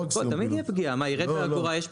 תמיד תהיה פגיעה, אם ירד באגורה זה פגיעה.